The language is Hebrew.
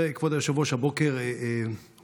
כבוד היושב-ראש, היום